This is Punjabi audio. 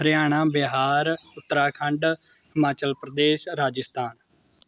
ਹਰਿਆਣਾ ਬਿਹਾਰ ਉੱਤਰਾਖੰਡ ਹਿਮਾਚਲ ਪ੍ਰਦੇਸ਼ ਰਾਜਸਥਾਨ